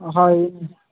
ହଉ